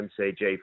MCG